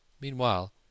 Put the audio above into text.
Meanwhile